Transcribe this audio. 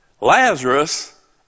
Lazarus